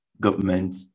government